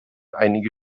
einige